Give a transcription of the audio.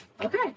Okay